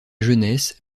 jeunesse